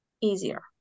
easier